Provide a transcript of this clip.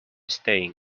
staying